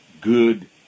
good